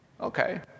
Okay